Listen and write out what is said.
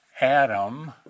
Adam